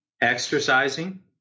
exercising